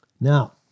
Now